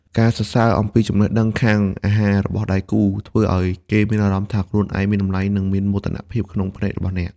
ការសរសើរអំពីចំណេះដឹងខាងអាហាររបស់ដៃគូ ធ្វើឱ្យគេមានអារម្មណ៍ថាខ្លួនឯងមានតម្លៃ និងមានមោទនភាពក្នុងភ្នែករបស់អ្នក។